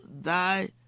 thy